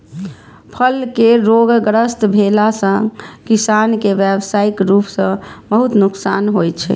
फल केर रोगग्रस्त भेला सं किसान कें व्यावसायिक रूप सं बहुत नुकसान होइ छै